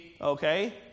okay